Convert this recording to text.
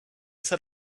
set